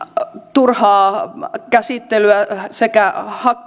turhaa käsittelyä sekä